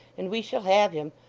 and we shall have him.